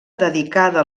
dedicada